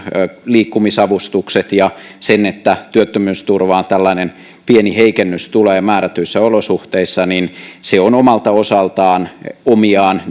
liikkumisavustukset ja sen että työttömyysturvaan tällainen pieni heikennys tulee määrätyissä olosuhteissa se on omalta osaltaan omiaan